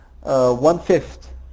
one-fifth